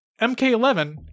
MK11